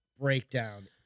breakdown